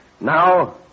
Now